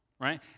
right